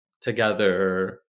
together